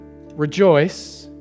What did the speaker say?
rejoice